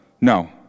no